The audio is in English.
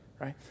right